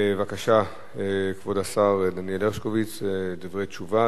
בבקשה, כבוד השר דניאל הרשקוביץ, דברי תשובה.